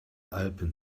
alpen